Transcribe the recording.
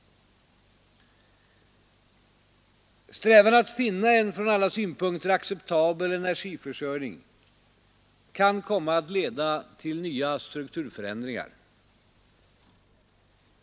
Strävan att finna en från alla synpunkter acceptabel energiförsörjning kan komma att leda till nya strukturförändringar.